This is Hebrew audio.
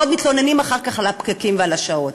ועוד מתלוננים אחר כך על הפקקים והשעות.